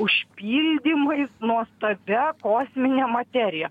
užpildymais nuostabia kosmine materija